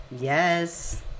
Yes